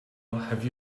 have